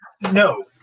No